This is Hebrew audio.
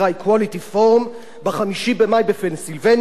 ואמר ככה,